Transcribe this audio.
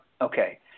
Okay